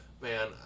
Man